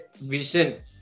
vision